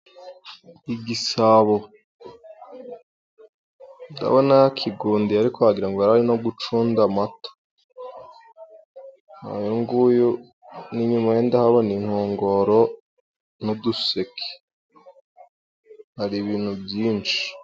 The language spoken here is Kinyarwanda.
Igisabo ndabona yakigundiriye ariko wagira ngo yari ari no gucunda amata, uyu nguyu inyuma ndahabona inkongoro n'uduseke, hari ibintu byinshi.